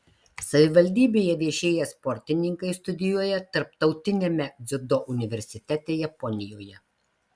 savivaldybėje viešėję sportininkai studijuoja tarptautiniame dziudo universitete japonijoje